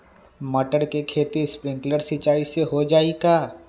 मटर के खेती स्प्रिंकलर सिंचाई से हो जाई का?